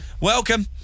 Welcome